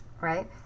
right